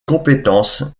compétences